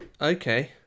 Okay